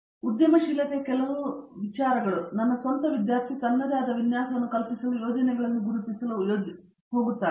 ಮತ್ತು ಉದ್ಯಮಶೀಲತೆಯ ವಿಷಯದ ಕೆಲವು ವಿಚಾರಗಳು ನನ್ನ ಸ್ವಂತ ವಿದ್ಯಾರ್ಥಿ ತನ್ನದೇ ಆದ ವಿನ್ಯಾಸವನ್ನು ಕಲ್ಪಿಸಲು ಯೋಜನೆಗಳನ್ನು ಗುರುತಿಸಲು ಯೋಜಿಸುತ್ತಿದ್ದಾರೆ